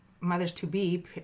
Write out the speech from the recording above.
mothers-to-be